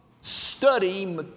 study